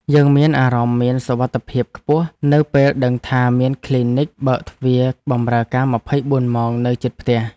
យើងមានអារម្មណ៍មានសុវត្ថិភាពខ្ពស់នៅពេលដឹងថាមានគ្លីនិកបើកទ្វារបម្រើការម្ភៃបួនម៉ោងនៅជិតផ្ទះ។